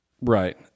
right